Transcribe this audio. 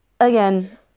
Again